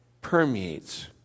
permeates